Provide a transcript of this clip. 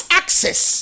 access